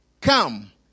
Come